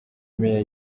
major